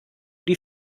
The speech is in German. die